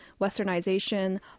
westernization